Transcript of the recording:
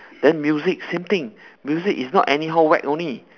then music same thing music is not anyhow whack only